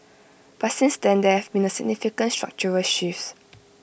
but since then there have been significant structural shifts